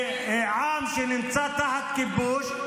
בעם שנמצא תחת כיבוש.